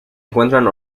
encuentran